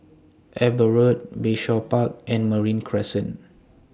Eber Road Bayshore Park and Marine Crescent